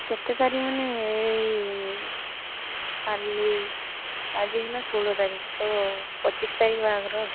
କେତେ ତାରିଖ ମାନେ ଏଇ କାଲି ଆଜି ହେଲା ଷୋହଳ ତାରିଖ ତ ପଚିଶ ତାରିଖ ବାହାଘର